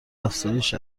افزایش